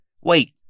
Wait